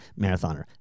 marathoner